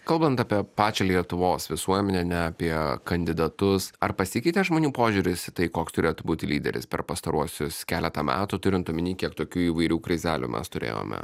kalbant apie pačią lietuvos visuomenę ne apie kandidatus ar pasikeitė žmonių požiūris į tai koks turėtų būti lyderis per pastaruosius keletą metų turint omeny kiek tokių įvairių krizelių mes turėjome